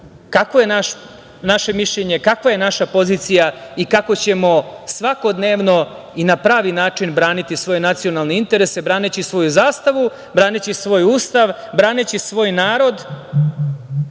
kakvo je naše mišljenje, kakva je naša pozicija i kako ćemo svakodnevno i na pravi način braniti svoje nacionalne interese, braneći svoju zastavu, braneći svoj Ustav, braneći svoj narod,